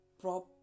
prop